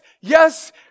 yes